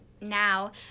now